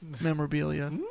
memorabilia